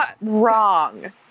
wrong